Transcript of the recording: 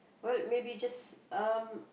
well maybe just um